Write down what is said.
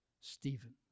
Stephen